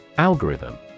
Algorithm